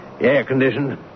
Air-conditioned